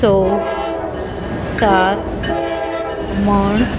स सात म्हण